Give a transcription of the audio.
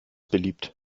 beliebt